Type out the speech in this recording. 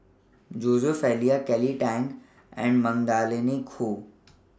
Joseph Elias Kelly Tang and Magdalene Khoo